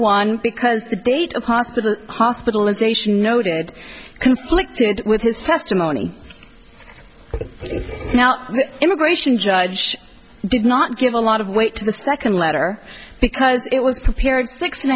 one because the date of hospital hospitalization noted conflicted with his testimony now immigration judge did not give a lot of weight to the second letter because it was prepared six and